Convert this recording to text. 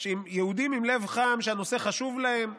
יהודים עם לב חם שהנושא חשוב להם,